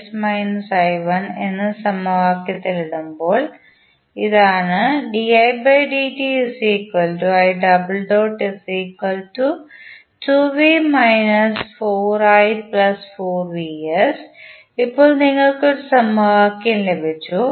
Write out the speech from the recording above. എന്ന് സമവാക്യത്തിൽ ഇടുമ്പോൾ ഇതാണ് ഇപ്പോൾ നിങ്ങൾക്ക് ഒരു സമവാക്യം ലഭിച്ചു